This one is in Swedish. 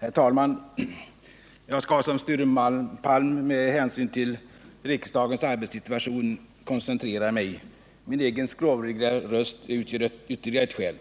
Herr talman! Jag skall liksom Sture Palm med hänsyn till riksdagens arbetssituation koncentrera mig, och min egen skrovliga röst utgör ett ytterligare skäl.